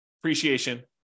appreciation